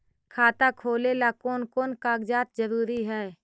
खाता खोलें ला कोन कोन कागजात जरूरी है?